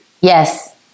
Yes